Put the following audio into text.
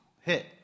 hit